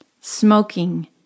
Smoking